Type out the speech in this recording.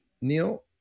Neil